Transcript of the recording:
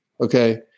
Okay